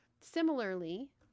similarly